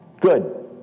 Good